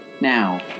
Now